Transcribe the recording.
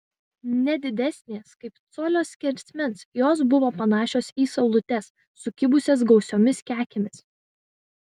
ne didesnės kaip colio skersmens jos buvo panašios į saulutes sukibusias gausiomis kekėmis